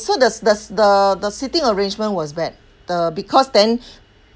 so there's does the the seating arrangement was bad the because then